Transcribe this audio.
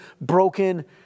broken